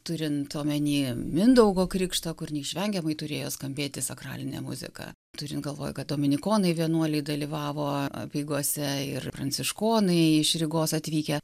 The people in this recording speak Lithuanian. turint omeny mindaugo krikštą kur neišvengiamai turėjo skambėti sakralinė muzika turint galvoj kad dominikonai vienuoliai dalyvavo apeigose ir pranciškonai iš rygos atvykę